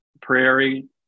prairie